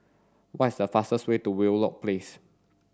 what is the fastest way to Wheelock Place